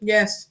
Yes